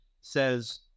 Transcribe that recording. says